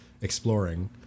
exploring